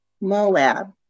Moab